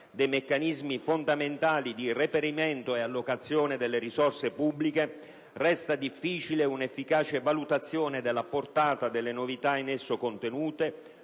dei meccanismi fondamentali di reperimento e allocazione delle risorse pubbliche, resta difficile un'efficace valutazione della portata delle novità in esso contenute,